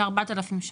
ל-4,000 שקלים.